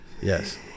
Yes